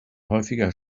häufiger